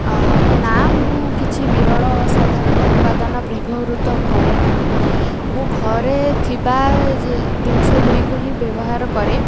ନା ମୁଁ କିଛି ବିରଳ ସାଧାରଣ ଉପାଦାନ ବ୍ୟବହୃତ କରେ ନାହିଁ ମୁଁ ଘରେ ଥିବା ଜିନିଷ ଗୁଡ଼ିକୁ ହିଁ ବ୍ୟବହାର କରେ